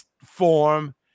form